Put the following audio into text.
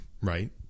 right